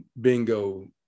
bingo